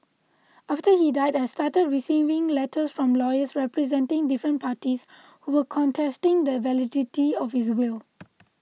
after he died I started receiving letters from lawyers representing different parties who were contesting the validity of his will